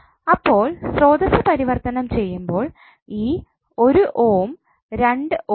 അപ്പോൾ സ്രോതസ്സ് പരിവർത്തനം ചെയ്യുമ്പോൾ ഈ 1 ഓം 2 ഓം ആയി